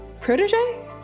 protege